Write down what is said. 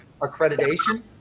accreditation